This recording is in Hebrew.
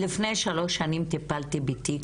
לפני שלוש שנים טיפלתי בתיק,